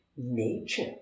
nature